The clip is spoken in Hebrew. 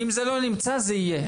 אם זה לא נמצא זה יהיה.